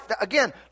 Again